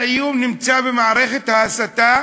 האיום נמצא במערכת ההסתה